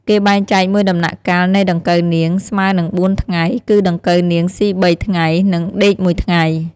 គេបែងចែកមួយដំណាក់កាលនៃដង្កូវនាង ស្មើនឹងបួនថ្ងៃ គឺដង្កូវនាងស៊ី៣ថ្ងៃ និងដេកមួយថ្ងៃ។